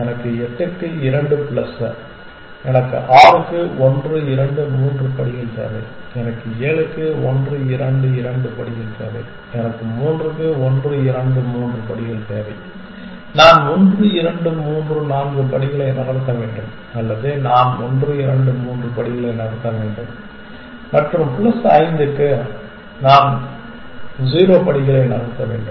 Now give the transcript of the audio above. எனவே 8 க்கு 2 பிளஸ் எனக்கு 6 க்கு 1 2 3 படிகள் தேவை எனக்கு 7க்கு 1 2 2 படிகள் தேவை எனக்கு 3க்கு 1 2 3 படிகள் தேவை நான் 1 2 3 4 படிகளை நகர்த்த வேண்டும் அல்லது நான் 1 2 3 படிகளை நகர்த்த வேண்டும் மற்றும் பிளஸ் 5 க்கு நான் 0 படிகளை நகர்த்த வேண்டும்